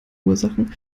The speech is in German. ursachen